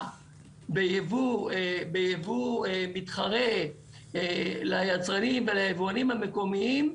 בייבוא מתחרה ליצרנים וליבואנים המקומיים,